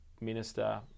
minister